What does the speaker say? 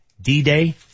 D-Day